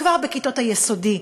כבר בכיתות היסודי,